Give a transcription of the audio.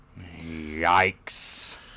Yikes